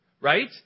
Right